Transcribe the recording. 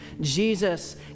Jesus